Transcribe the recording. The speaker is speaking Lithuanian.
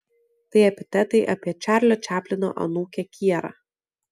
tai epitetai apie čarlio čaplino anūkę kierą